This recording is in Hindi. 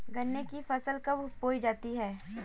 गन्ने की फसल कब बोई जाती है?